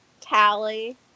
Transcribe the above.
tally